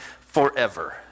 forever